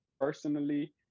Personally